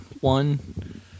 one